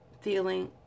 feeling